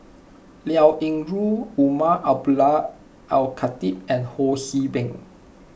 Liao Yingru Umar Abdullah Al Khatib and Ho See Beng